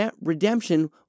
redemption